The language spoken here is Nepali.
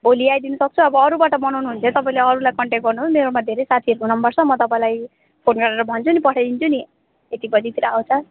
भोलि आइदिनुसक्छु अब अरूबाट बनाउनु हुन्छ तपाईँले अरूलाई कन्ट्याक्ट गर्नुहोस् मेरोमा धेरै साथीहरूको नम्बर छ म तपाईँलाई फोन गरेर भन्छु नि पठाइदिन्छु नि यति बजीतिर आउँछ